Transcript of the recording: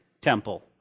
temple